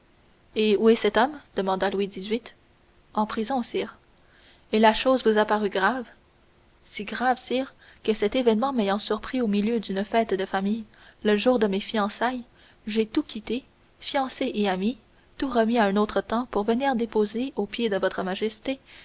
et où est cet homme demanda louis xviii en prison sire et la chose vous a paru grave si grave sire que cet événement m'ayant surpris au milieu d'une fête de famille le jour même de mes fiançailles j'ai tout quitté fiancée et amis tout remis à un autre temps pour venir déposer aux pieds de votre majesté